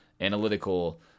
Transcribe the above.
analytical